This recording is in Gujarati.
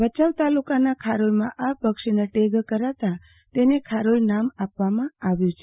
ભયાઉ તાલુકાના ખારોઈમાં આ પક્ષીને ટેગ કરાતા તેને ખારેઈ નામ આપવામાં આવ્યુ છે